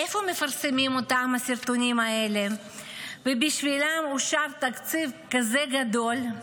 איפה מפרסמים את הסרטונים האלה שבשבילם אושר תקציב כזה גדול?